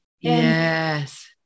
Yes